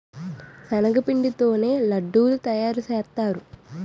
శనగపిండి తోనే లడ్డూలు తయారుసేత్తారు